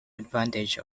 advantage